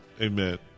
Amen